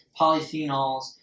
Polyphenols